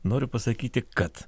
noriu pasakyti kad